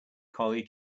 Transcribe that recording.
collie